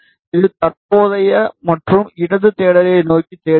இது தற்போதையது மற்றும் இடது தேடலை நோக்கி தேடுங்கள்